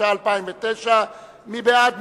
התש"ע 2009. מי בעד?